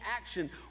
action